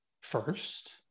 first